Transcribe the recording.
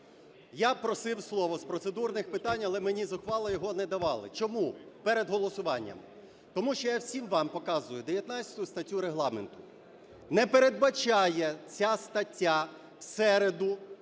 я просив слово з процедурних питань, але мені зухвало його не давали. Чому? Перед голосуванням. Тому що, я всім вам показую 19 статтю Регламенту. Не передбачає ця стаття в середу